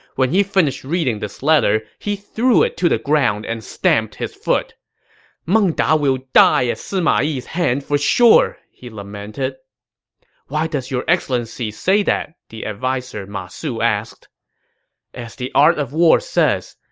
when he finished reading the letter, he threw it to the ground and stamped his foot meng da will die at sima yi's hand for sure! he lamented why does your excellency say that? the adviser ma su asked as the art of war says,